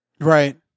Right